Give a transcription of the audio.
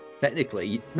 technically